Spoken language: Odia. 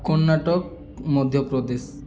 କର୍ଣ୍ଣାଟକ ମଧ୍ୟପ୍ରଦେଶ